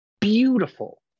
beautiful